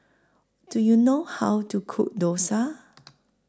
Do YOU know How to Cook Dosa